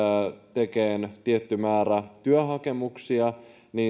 tekemään tietty määrä työhakemuksia